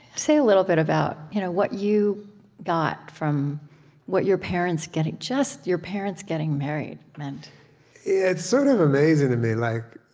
say a little bit about you know what you got from what your parents just your parents getting married meant it's sort of amazing to me. like